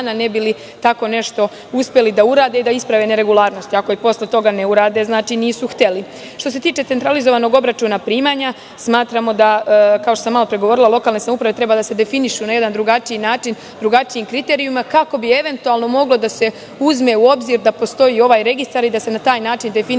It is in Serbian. ne bi li tako nešto uspeli da urade i da isprave neregularnost. Ako i posle toga ne urade, znači nisu hteli. Što se tiče centralizovanog obračuna primanja, smatramo da lokalne samouprave treba da se definišu na jedan drugačiji način, drugačijim kriterijumima kako bi moglo da se uzme u obzir da postoji ovaj registar i da se na taj način definišu